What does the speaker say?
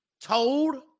told